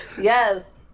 yes